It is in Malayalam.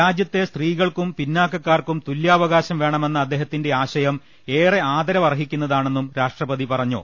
രാജ്യത്തെ സ്ത്രീകൾക്കും പിന്നാക്കക്കാർക്കും തുല്യാവ കാശം വേണമെന്ന അദ്ദേഹത്തിന്റെ ആശയം ഏറെ ആദരവർഹി ക്കുന്നതാണെന്നും രാഷ്ട്രപതി പറഞ്ഞു